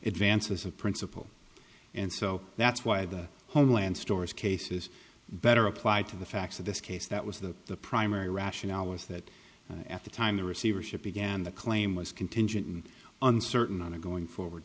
advanced as a principle and so that's why the homeland store's cases better applied to the facts of this case that was that the primary rationale was that at the time the receivership began the claim was contingent and uncertain on a going forward